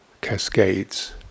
cascades